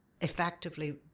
effectively